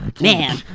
Man